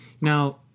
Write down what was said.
Now